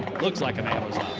looks like an amazon.